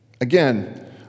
Again